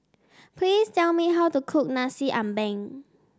please tell me how to cook Nasi Ambeng